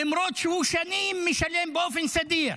למרות שהוא שנים משלם באופן סדיר.